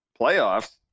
Playoffs